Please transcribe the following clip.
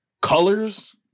colors